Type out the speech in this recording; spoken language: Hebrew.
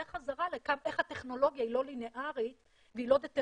זה חזרה לכך איך הטכנולוגיה היא לא ליניארית והיא לא דטרמיניסטית,